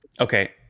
Okay